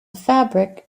fabric